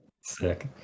sick